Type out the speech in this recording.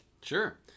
Sure